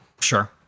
Sure